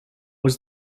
was